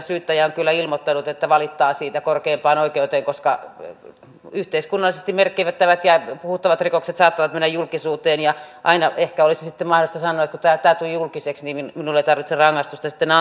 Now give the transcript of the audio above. syyttäjä on kyllä ilmoittanut että valittaa siitä korkeimpaan oikeuteen koska yhteiskunnallisesti merkittävät ja puhuttavat rikokset saattavat mennä julkisuuteen ja aina ehkä olisi sitten mahdollista sanoa että tämä tuli julkiseksi niin että minulle ei tarvitse rangaistusta sitten antaakaan